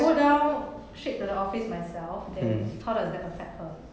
but if I go down straight to the office myself then how does that affect her